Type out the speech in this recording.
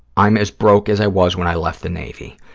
i'm as broke as i was when i left the navy.